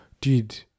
dude